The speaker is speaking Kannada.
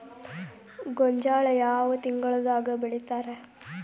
ಗೋಂಜಾಳ ಯಾವ ತಿಂಗಳದಾಗ್ ಬೆಳಿತಾರ?